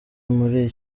muri